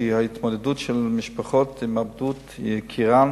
ההתמודדות של משפחות עם התאבדות יקירן